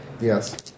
Yes